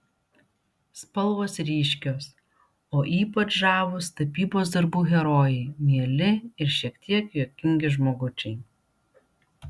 spalvos ryškios o ypač žavūs tapybos darbų herojai mieli ir šiek tiek juokingi žmogučiai